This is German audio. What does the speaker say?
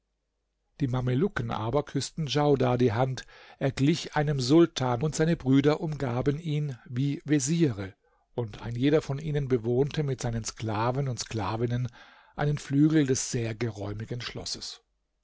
die mamelucken aber küßten djaudar die hand er glich einem sultan und seine brüder umgaben ihn wie veziere und ein jeder von ihnen bewohnte mit seinen sklaven und sklavinnen einen flügel des sehr geräumigen schlosses